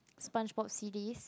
Sponge Bob C_Ds